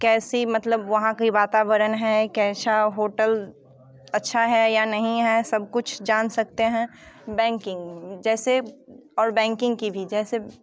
कैसी मतलब वहाँ की वातावरण है कैसा होटल अच्छा है या नहीं है सब कुछ जान सकते हैं बैंकिंग जैसे और बैंकिंग की भी जैसे